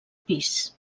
pis